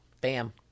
bam